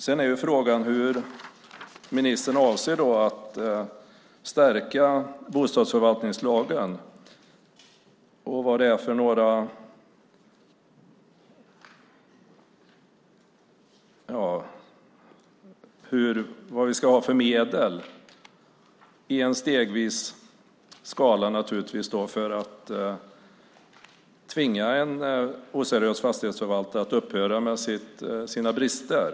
Sedan är frågan hur ministern avser att stärka bostadsförvaltningslagen och vilka medel vi ska ha - naturligtvis då stegvis på en skala - för att tvinga en oseriös fastighetsförvaltare att så att säga upphöra med sina brister.